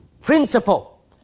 principle